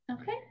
Okay